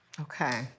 Okay